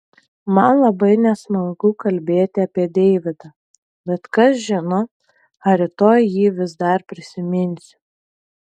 man labai nesmagu kalbėti apie deividą bet kas žino ar rytoj jį vis dar prisiminsiu